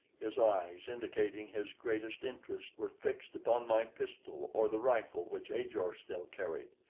his eyes, indicating his greatest interest, were fixed upon my pistol or the rifle which ajor still carried.